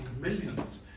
millions